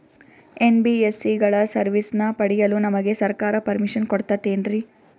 NBSC ಗಳ ಸರ್ವಿಸನ್ನ ಪಡಿಯಲು ನಮಗೆ ಸರ್ಕಾರ ಪರ್ಮಿಷನ್ ಕೊಡ್ತಾತೇನ್ರೀ?